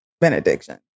Benediction